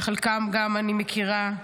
שאת חלקן אני מכירה.